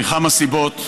מכמה סיבות: